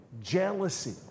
jealousy